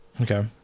Okay